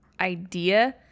idea